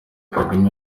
kagame